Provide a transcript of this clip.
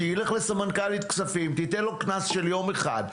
שילך לסמנכ"לית כספים והיא תיתן לו למשל קנס של יום אחד.